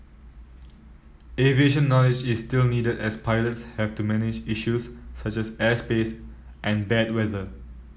aviation knowledge is still needed as pilots have to manage issues such as airspace and bad weather